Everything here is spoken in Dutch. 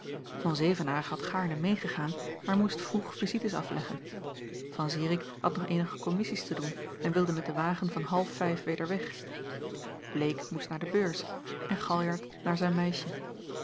van zevenaer had gaarne meêgegaan maar moest vroeg visites afleggen van zirik had nog eenige kommissies te doen en wilde met den wagen van half vijf weder weg bleek moest naar de beurs en galjart naar zijn meisje